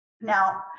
Now